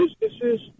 businesses